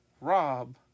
rob